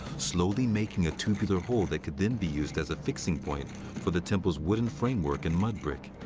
slowly making a tubular hole that could then be used as a fixing point for the temple's wooden framework and mud brick.